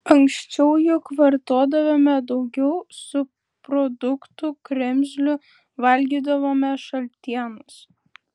anksčiau juk vartodavome daugiau subproduktų kremzlių valgydavome šaltienas